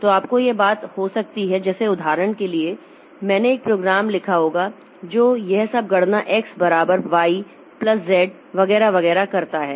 तो आपको यह बात हो सकती है जैसे उदाहरण के लिए मैंने एक प्रोग्राम लिखा होगा जो यह सब गणना x बराबर y प्लस z वगैरह वगैरह करता है